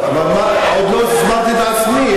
עוד לא הסברתי את עצמי.